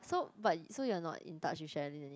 so but so you're not in touch with Sherilyn any